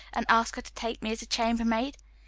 and ask her to take me as a chambermaid?